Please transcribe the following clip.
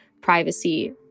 privacy